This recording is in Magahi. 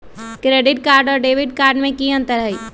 क्रेडिट कार्ड और डेबिट कार्ड में की अंतर हई?